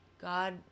God